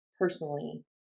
personally